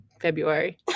February